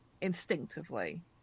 instinctively